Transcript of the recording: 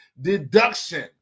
deduction